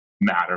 matter